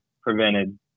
prevented